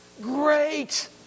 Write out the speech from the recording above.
great